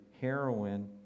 heroin